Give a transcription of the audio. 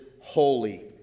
holy